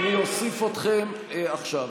אני אוסיף אתכם עכשיו.